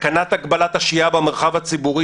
תקנת הגבלת השהייה במרחב הציבורי,